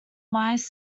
mice